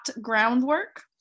groundwork